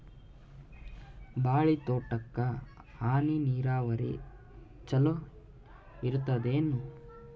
ಬಾಳಿ ತೋಟಕ್ಕ ಹನಿ ನೀರಾವರಿ ಚಲೋ ಇರತದೇನು?